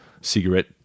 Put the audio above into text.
cigarette